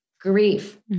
grief